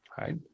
right